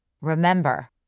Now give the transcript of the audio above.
Remember